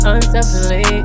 Unselfishly